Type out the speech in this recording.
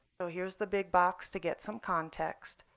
so here's the big box to get some context.